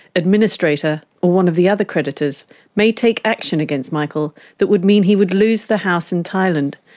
administrator or one of the other creditors may take action against michael that would mean he would lose the house in thailand,